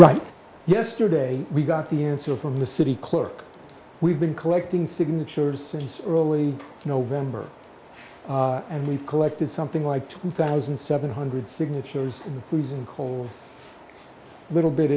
right yesterday we got the answer from the city clerk we've been collecting signatures since early november and we've collected something like two thousand seven hundred signatures in the freezing cold a little bit